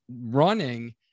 running